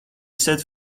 set